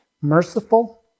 merciful